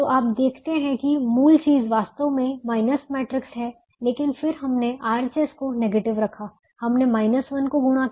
तो आप देखते हैं कि मूल चीज़ वास्तव में माइनस मैट्रिक्स है लेकिन फिर हमने RHS को नेगेटिव रखा हमने 1 को गुणा किया